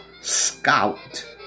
Scout